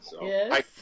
yes